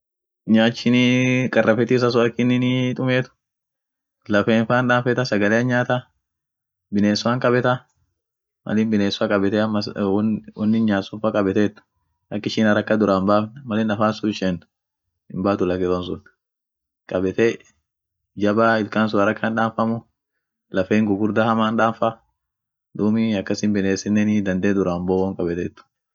Nyaachini qarrafeti isasun ak inninii tumiet, lafeen faan dam feeta sagalean nyaata, biness faan kabeta, mal in biness fa kabete ama won won in nyaat sun fa kabeteet ak ishin haraka durra hin baan mal in afaan sun ishent himbaatu lakis won sun kabete, jaba ilkaan sun haraka hin daamfamu lafeen gugurda hama damfa, duumi akasin binessinenii dandee dura hinboo woin kabeteet.